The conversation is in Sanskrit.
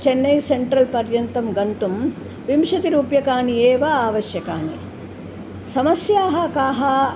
चन्नै सेन्ट्रल् पर्यन्तं गन्तुं विंशतिरूप्यकाणि एव आवश्यकानि समस्याः काः